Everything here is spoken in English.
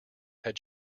had